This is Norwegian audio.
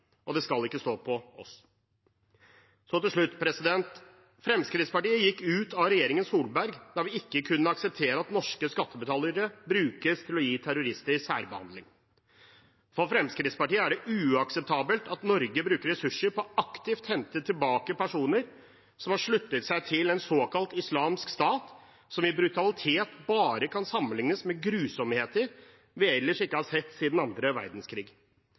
og det skal ikke stå på oss. Til slutt: Fremskrittspartiet gikk ut av regjeringen Solberg da vi ikke kunne akseptere at norske skattebetalere brukes til å gi terrorister særbehandling. For Fremskrittspartiet er det uakseptabelt at Norge bruker ressurser på aktivt å hente tilbake personer som har sluttet seg til en såkalt islamsk stat, som i brutalitet bare kan sammenlignes med grusomheter vi ikke har sett siden annen verdenskrig.